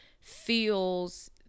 feels